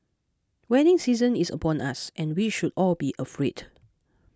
wedding season is upon us and we should all be afraid